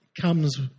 comes